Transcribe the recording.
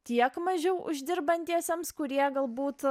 tiek mažiau uždirbantiesiems kurie galbūt